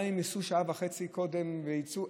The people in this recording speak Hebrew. גם אם ייסעו שעה וחצי קודם ויצאו,